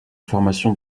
formation